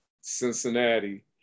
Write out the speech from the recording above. Cincinnati